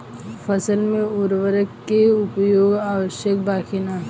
फसल में उर्वरक के उपयोग आवश्यक बा कि न?